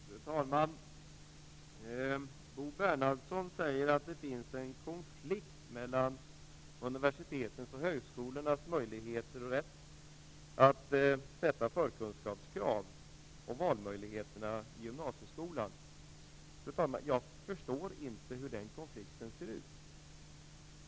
Fru talman! Bo Bernhardsson säger att det finns en konflikt mellan universitetens och högskolornas möjligheter och rätt att ställa förkunskapskrav och valmöjligheterna i gymnasieskolan. Jag förstår inte hur den konflikten ser ut.